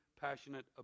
passionate